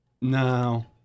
No